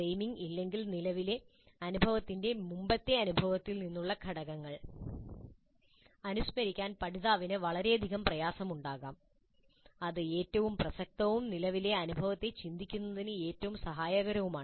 framing ഇല്ലെങ്കിൽ നിലവിലെ അനുഭവത്തിന്റെ മുമ്പത്തെ അനുഭവത്തിൽ നിന്നുള്ള ഘടകങ്ങൾ അനുസ്മരിക്കാൻ പഠിതാവിന് വളരെയധികം പ്രയാസമുണ്ടാകാം അത് ഏറ്റവും പ്രസക്തവും നിലവിലെ അനുഭവത്തെ ചിന്തിക്കുന്നതിന് ഏറ്റവും സഹായകരവുമാണ്